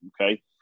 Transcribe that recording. okay